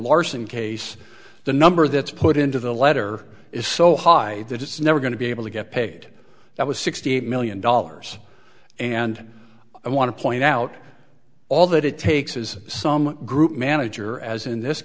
larsen case the number that's put into the letter is so high that it's never going to be able to get paid that was sixty eight million dollars and i want to point out all that it takes is some group manager as in this